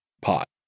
pot